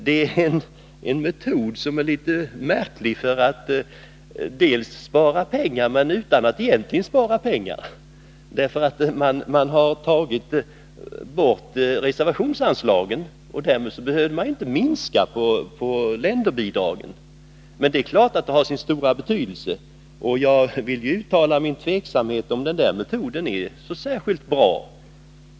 Man har en märklig metod för att spara pengar utan att egentligen spara pengar. Man tar nämligen bort reservationsanslagen, och därmed behöver man inte minska på länderbidragen. Men det är klart att de har sin stora betydelse, och jag vill uttala min tveksamhet om att den metoden skulle vara så särskilt bra.